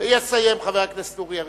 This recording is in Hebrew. ויסיים חבר הכנסת אורי אריאל.